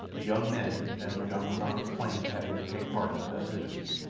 the young men, as m'ganwazam explained, having to take part in the festivities.